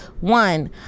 one